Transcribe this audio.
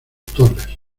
torres